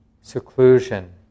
seclusion